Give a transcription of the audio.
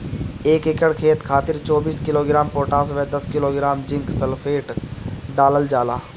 एक एकड़ खेत खातिर चौबीस किलोग्राम पोटाश व दस किलोग्राम जिंक सल्फेट डालल जाला?